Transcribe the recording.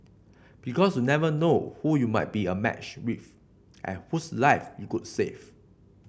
because you never know who you might be a match with and whose life you could save